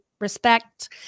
respect